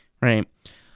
Right